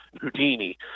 Houdini